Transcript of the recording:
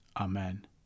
Amen